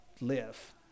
live